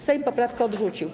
Sejm poprawkę odrzucił.